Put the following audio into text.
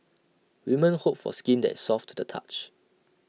women hope for skin that is soft to the touch